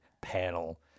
panel